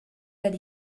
that